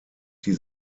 die